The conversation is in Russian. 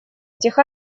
этих